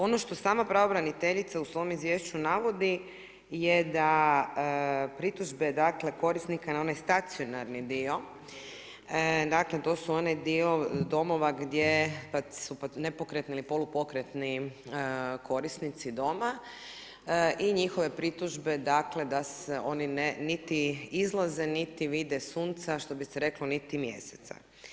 Ono što sama pravobraniteljica u svom izvješću navodi je da pritužbe korisnika na onaj stacionarni dio, dakle, to je onaj dio domova gdje su nepokretni ili polupokretni korisnici doma i njihove pritužbe dakle, da se oni niti niti izlaze niti vide sunca što bi se reklo, niti mjeseca.